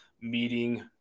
meeting